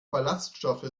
ballaststoffe